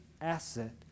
asset